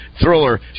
Thriller